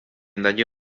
ndaje